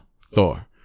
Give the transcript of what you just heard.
Thor